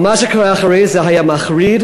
אבל מה שקרה אחרי זה היה מחריד,